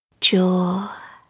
jaw